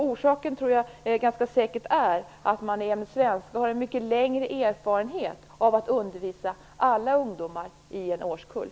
Orsaken är säkert att man i ämnet svenska har en mycket längre erfarenhet av att undervisa alla ungdomar i en årskull.